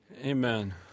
Amen